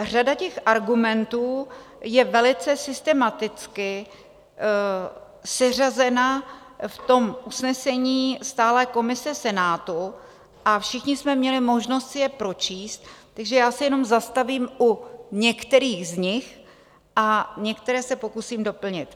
Řada těch argumentů je velice systematicky seřazena v tom usnesení stálé komise Senátu a všichni jsme měli možnost si je pročíst, takže já se jenom zastavím u některých z nich a některé se pokusím doplnit.